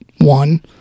one